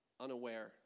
unaware